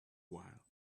while